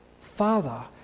Father